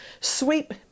sweep